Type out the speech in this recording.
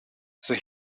zij